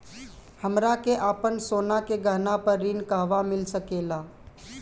हमरा के आपन सोना के गहना पर ऋण कहवा मिल सकेला?